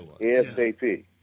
ASAP